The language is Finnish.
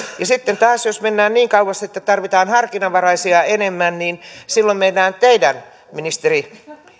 ja sitten taas jos mennään niin kauas että tarvitaan harkinnanvaraisia enemmän niin silloin mennään teidän ministeri